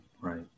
Right